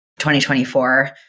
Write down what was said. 2024